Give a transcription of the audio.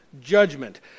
judgment